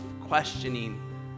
questioning